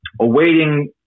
awaiting